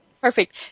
Perfect